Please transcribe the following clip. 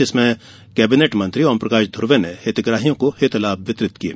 जिसमें कैबिनेट मंत्री ओमप्रकाश धूर्वे ने हितग्राहियों को हितलाभ वितरित किये